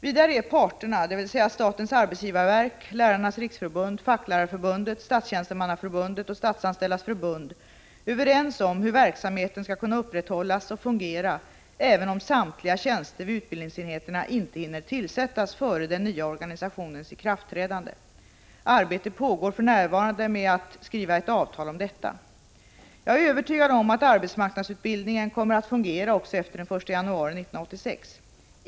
Vidare är parterna, dvs. statens arbetsgivarverk, Lärarnas riksförbund, Facklärarförbundet, Statstjänstemannaförbundet och Statsanställdas förbund, överens om hur verksamheten skall kunna upprätthållas och fungera, även om samtliga tjänster vid utbildningsenheterna inte hinner tillsättas före den nya organisationens ikraftträdande. Arbete pågår för närvarande med att skriva ett avtal om detta. Jag är övertygad om att arbetsmarknadsutbildningen kommer att fungera också efter den 1 januari 1986.